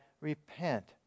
repent